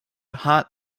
hard